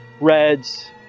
reds